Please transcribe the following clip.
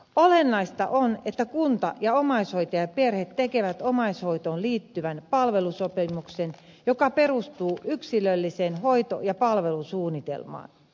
olennaista on että kunta ja omaishoitajaperhe tekevät omaishoitoon liittyvän palvelusopimuksen joka perustuu yksilölliseen hoito ja palvelusuunnitelmaan